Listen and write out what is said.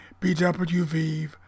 BWV